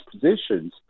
positions